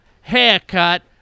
haircut